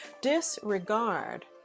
Disregard